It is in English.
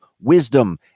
wisdom